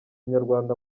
nyarwanda